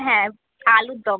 হ্যাঁ আলুরদম